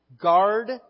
Guard